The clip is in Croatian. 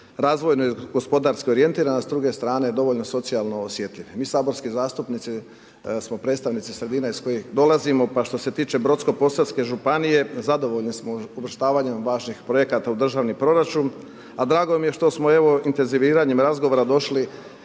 razvojno gospodarski orijentiran, a s druge strane, dovoljno socijalno osjetljiv. Mi saborski zastupnici smo predstavnici sredine iz kojih dolazimo, pa što se tiče Brodsko-posavske županije, zadovoljni smo uvrštavanjem važnih projekata u državni proračun, a drago mi je, evo, što smo, evo, intenziviranjem razgovora došli